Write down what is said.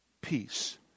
Peace